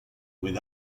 with